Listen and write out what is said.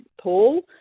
Paul